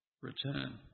return